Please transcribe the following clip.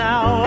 Now